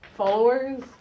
Followers